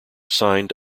signed